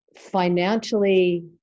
financially